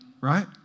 right